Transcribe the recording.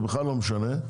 זה בכלל לא משנה,